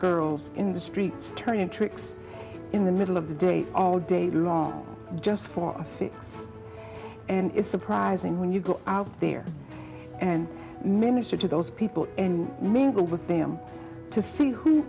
girls in the streets turning tricks in the middle of the day all day long just for us and it's surprising when you go out there and minister to those people and mingle with them to see who